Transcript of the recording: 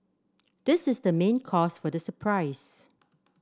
this is the main cause for the surprise